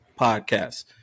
podcast